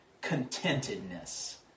contentedness